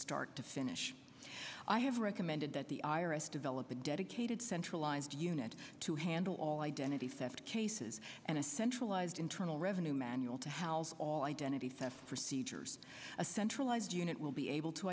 start to finish i have recommended that the i r s develop a dedicated centralized unit to handle all identity theft cases and a centralized internal revenue manual to house all identity theft procedures a centralized unit will be able to